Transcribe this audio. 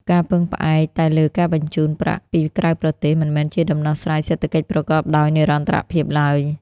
ការពឹងផ្អែកតែលើការបញ្ជូនប្រាក់ពីក្រៅប្រទេស មិនមែនជាដំណោះស្រាយសេដ្ឋកិច្ចប្រកបដោយនិរន្តរភាពឡើយ។